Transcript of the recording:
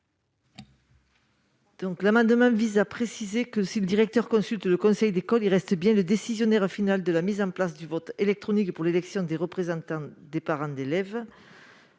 amendement tend à préciser que, si le directeur consulte le conseil d'école, il reste le décisionnaire de la mise en place du vote électronique pour l'élection des représentants des parents d'élèves.